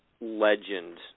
legend